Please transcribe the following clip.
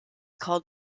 called